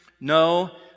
no